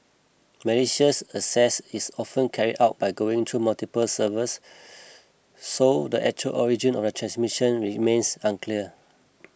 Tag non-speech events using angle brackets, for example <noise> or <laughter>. malicious access is often carried out by going through multiple servers <noise> so the actual origin of the transmission remains unclear